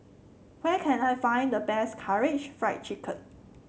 where can I find the best Karaage Fried Chicken